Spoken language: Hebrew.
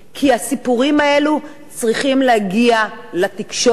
כי הסיפורים האלו צריכים להגיע לתקשורת,